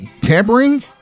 tampering